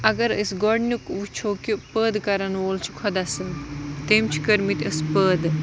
اگر أسۍ گۄڈٕنیُک وُچھو کہِ پٲدٕ کَرَن وول چھُ خۄدا صٲب تٔمۍ چھِ کٔرۍمٕتۍ أسۍ پٲدٕ